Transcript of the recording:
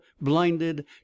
blinded